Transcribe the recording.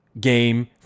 game